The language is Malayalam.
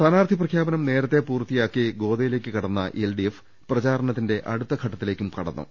സ്ഥാനാർത്ഥി പ്രഖ്യാപനം നേരത്തെ പൂർത്തിയാക്കി ഗോദയി ലേക്ക് കടന്ന എൽഡിഎഫ് പ്രചാരണത്തിന്റെ അടുത്ത ഘട്ടത്തി ലേക്ക് കടന്നു